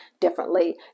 differently